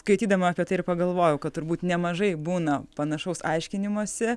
skaitydama apie tai ir pagalvojau kad turbūt nemažai būna panašaus aiškinimosi